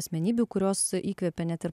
asmenybių kurios įkvepia net ir